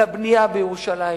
לבנייה בירושלים,